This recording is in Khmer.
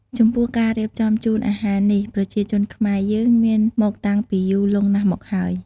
ចំពោះការរៀបចំជូនអាហារនេះប្រជាជនខ្មែរយើងមានមកតាំងពីយូរលង់ណាស់មកហើយ។